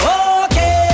okay